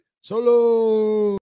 Solo